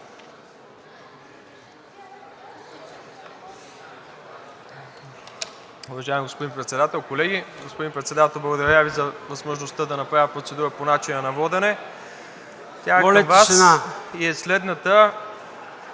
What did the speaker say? Уважаеми господин Председател, колеги! Господин Председател, благодаря Ви за възможността да направя процедура по начина на водене. Тя е към Вас…